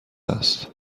است